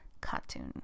cartoon